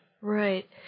Right